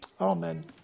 amen